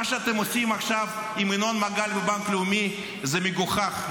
מה שאתם עושים עכשיו עם ינון מגל ובנק לאומי זה מגוחך,